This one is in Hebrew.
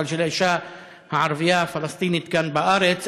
אבל של האישה הפלסטינית כאן בארץ,